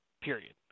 period